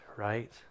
Right